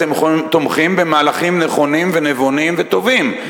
אתם תומכים במהלכים נכונים ונבונים וטובים.